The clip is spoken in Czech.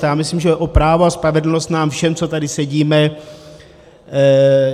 A myslím, že o právo a spravedlnost nám všem, co tady sedíme, jde.